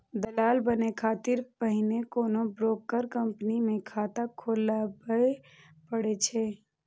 दलाल बनै खातिर पहिने कोनो ब्रोकर कंपनी मे खाता खोलबय पड़ै छै